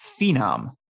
phenom